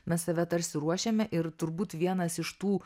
mes save tarsi ruošėme ir turbūt vienas iš tų